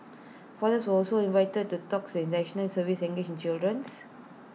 fathers also invited to talks in National Service to engage the children